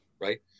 right